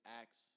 acts